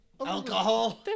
Alcohol